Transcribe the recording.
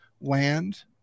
land